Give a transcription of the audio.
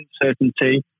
uncertainty